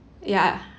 ya